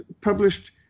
published